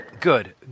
Good